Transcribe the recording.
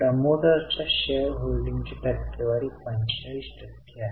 प्रमोटर्सच्या share होल्डिंगची टक्केवारी 45 टक्के आहे